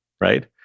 right